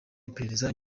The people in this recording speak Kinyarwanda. iperereza